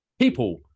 People